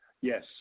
Yes